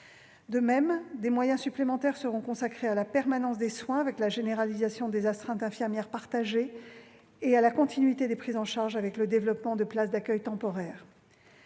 De même, des moyens supplémentaires seront consacrés à la permanence des soins, avec la généralisation des astreintes infirmières partagées, et à la continuité des prises en charge, avec le développement de places d'accueil temporaire.